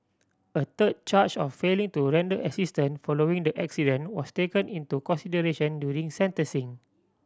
a third charge of failing to render assistant following the accident was taken into consideration during sentencing